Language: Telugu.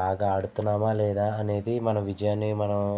బాగా ఆడుగుతున్నామా లేదా అనేది మన విజయాన్ని మనం